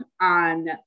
on